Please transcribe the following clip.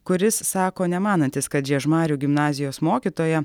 kuris sako nemanantis kad žiežmarių gimnazijos mokytoja